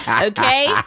Okay